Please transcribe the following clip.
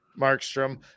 Markstrom